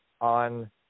on